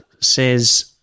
says